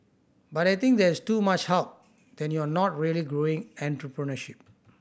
but I think there is too much help then you are not really growing entrepreneurship